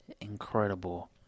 incredible